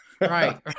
Right